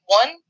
one